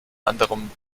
anderem